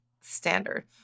standard